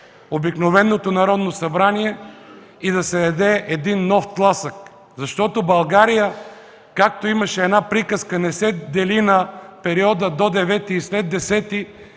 обикновеното Народно събрание, да се даде един нов тласък. Защото България, както имаше една приказка, не се дели на периода до 9-ти и след 10-ти